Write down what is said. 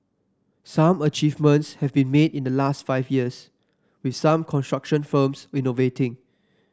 some achievements have been made in the last five years with some construction firms innovating